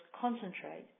concentrate